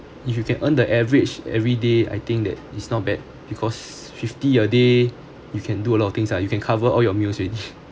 if you can earn the average everyday I think that is not bad because fifty a day you can do a lot of things ah you can cover all your meals already